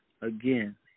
again